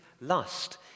lust